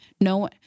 no